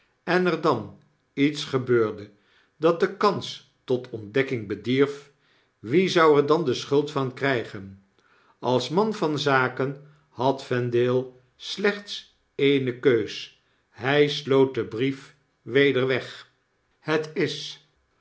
en er dan iets gebeurde dat de kans tot ontdekking bedierf wie zou er dan de schuld van krijgen als man van zaken had vendale slechts e'e'ae keus hy sloot den brief weder weg het is